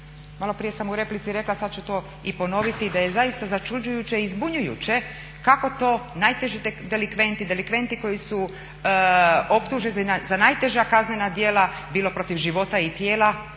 Malo prije sam u replici rekla sada ću to i ponoviti da je zaista začuđujuće i zbunjujuće kako to najteži delikventi, delikventi koji su optuženi za najteža kaznena djela bilo protiv života i tijela